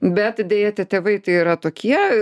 bet deja tie tėvai tai yra tokie